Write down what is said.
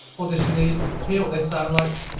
audition these, hear what they sound like.